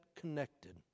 connected